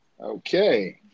okay